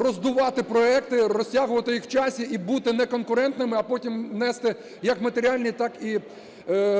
роздувати проекти, розтягувати їх в часі і бути неконкурентними, а потім нести як матеріальні так і